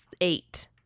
eight